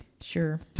Sure